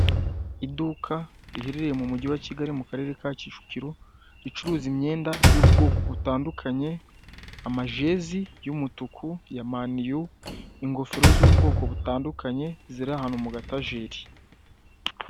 Iduka riherereye mu mujyi wa Kigali mu karere ka Kicukiro ricuruza imyenda y'ubwoko butandukanye; amajezi y'umutuku ya maniyu, ingofero z'ubwoko butandukanye ziri ahantu mu gatajeri.